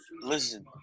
listen